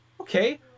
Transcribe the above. okay